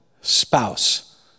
spouse